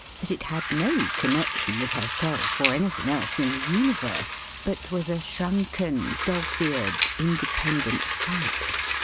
that it had no connection with herself or anything else in the universe, but was a shrunken, dog's-eared, independent fact,